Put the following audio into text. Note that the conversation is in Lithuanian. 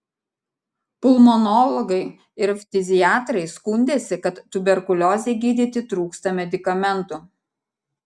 pulmonologai ir ftiziatrai skundėsi kad tuberkuliozei gydyti trūksta medikamentų